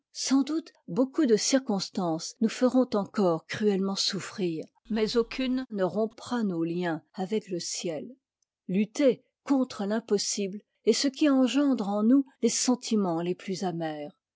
sans doute beaucoup de circonstances nous feront encore cruellement souffrir mais aucune ne rompra nos liens avec le ciel lutter contre l'impossible est ce qui engendre en nous les sentiments les plus amers